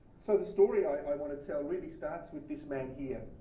so the story i want to tell really starts with this man here,